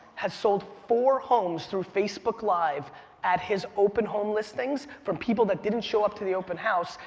has sold four homes through facebook live at his open home listings from people that didn't show up to the open house,